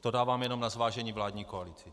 To dávám jenom na zvážení vládní koalici.